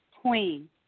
Queen